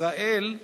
ישראל,